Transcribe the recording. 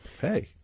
hey